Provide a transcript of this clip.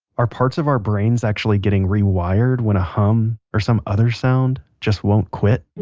are parts of our brains actually getting rewired when a hum, or some other sound, just won't quit?